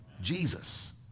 Jesus